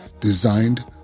designed